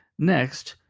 next,